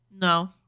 No